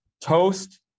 toast